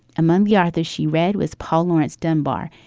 among the authors she read was paul laurence dunbar.